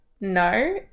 No